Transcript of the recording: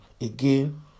Again